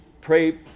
pray